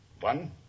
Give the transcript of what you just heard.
One